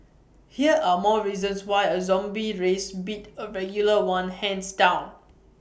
here are more reasons why A zombie race beat A regular one hands down